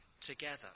together